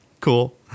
Cool